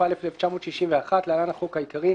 התשכ"א 1961 (להלן, החוק העיקרי),